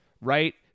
right